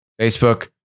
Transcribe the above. Facebook